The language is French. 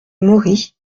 maury